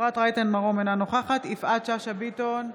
אפרת רייטן מרום, אינה נוכחת יפעת שאשא ביטון,